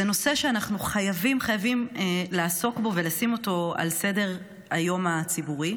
זה נושא שאנחנו חייבים לעסוק בו ולשים אותו על סדר היום הציבורי.